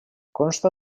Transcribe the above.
consta